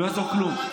לא יעזור כלום.